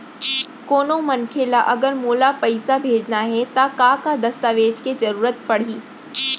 कोनो मनखे ला अगर मोला पइसा भेजना हे ता का का दस्तावेज के जरूरत परही??